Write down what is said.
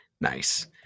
Nice